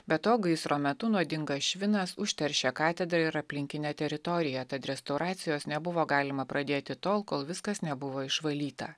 be to gaisro metu nuodingas švinas užteršė katedrą ir aplinkinę teritoriją tad restauracijos nebuvo galima pradėti tol kol viskas nebuvo išvalyta